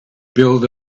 build